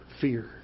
fear